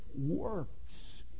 works